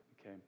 okay